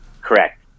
Correct